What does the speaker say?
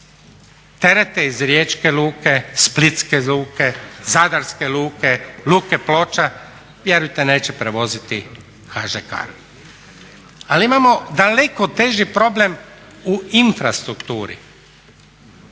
Terete iz Riječke luke, Splitske luke, Zadarske luke, Luke Ploče vjerujte neće prevoziti HŽ Cargo. Ali imamo daleko teži problem u infrastrukturi.